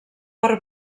per